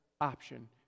option